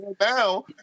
Now